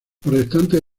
restantes